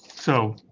so